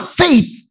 faith